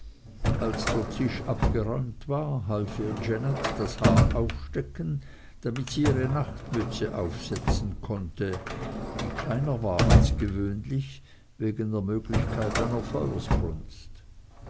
als der tisch abgeräumt war half ihr janet das haar aufstecken damit sie ihre nachtmütze aufsetzen konnte die kleiner war als gewöhnlich wegen der möglichkeit einer